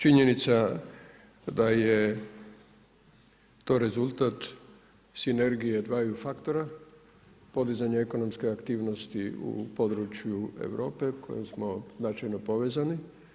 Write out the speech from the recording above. Činjenica da je to rezultat sinergije dvaju faktora, podizanje ekonomske aktivnosti u području Europe kojom su značajno povezani.